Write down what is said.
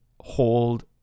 hold